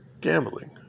gambling